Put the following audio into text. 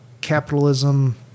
capitalism